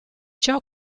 ciò